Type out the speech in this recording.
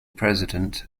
president